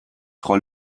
frau